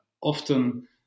often